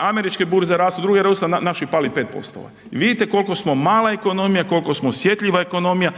američke burze rastu, druge burze rastu, naše pali 5%. Vidite koliko smo mala ekonomija, koliko smo osjetljiva ekonomija,